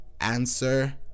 Answer